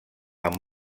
amb